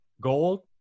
gold